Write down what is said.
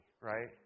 Right